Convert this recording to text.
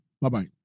Bye-bye